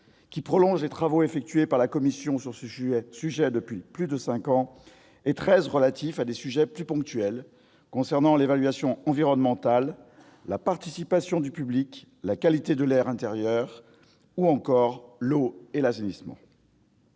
qui prolongent les travaux effectués par la commission sur ce sujet depuis plus de cinq ans, et treize touchent à des sujets plus ponctuels concernant l'évaluation environnementale, la participation du public, la qualité de l'air intérieur ou encore l'eau et l'assainissement.